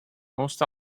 most